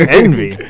envy